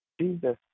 Jesus